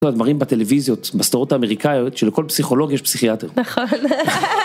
הדברים בטלוויזיות מסתורות אמריקאיות של כל פסיכולוג יש פסיכיאטר.